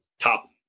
top